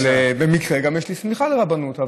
במקרה יש לי הסמכה לרבנות,